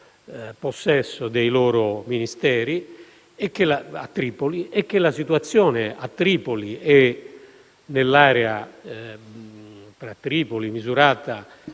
possesso dei loro Ministeri a Tripoli, e che la situazione a Tripoli e nell'area fra Tripoli, Misurata